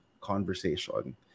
conversation